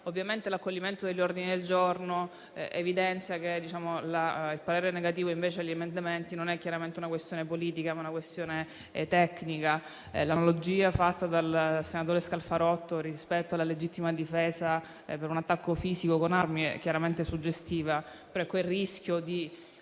Bazoli. L'accoglimento degli ordini del giorno evidenzia che il parere negativo sugli emendamenti non è una questione politica, ma tecnica. L'analogia fatta dal senatore Scalfarotto rispetto alla legittima difesa per un attacco fisico con armi è chiaramente suggestiva. Il rischio